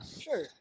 Sure